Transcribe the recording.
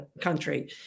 country